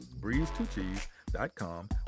breeze2cheese.com